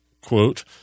quote